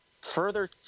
further